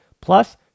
Plus